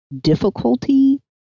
difficulty